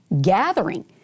gathering